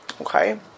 Okay